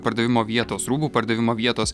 pardavimo vietos rūbų pardavimo vietos